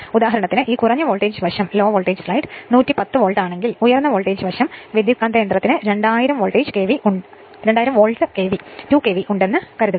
ഉദാഹരണത്തിന് ഈ കുറഞ്ഞ വോൾട്ടേജ് വശം 110 വോൾട്ട് ആണെങ്കിൽ ഉയർന്ന വോൾട്ടേജ് വശം ട്രാൻസ്ഫോർമറിന് 2000 വോൾട്ട് 2 KV ഉണ്ടെന്ന് കരുതുക